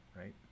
right